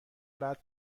بعد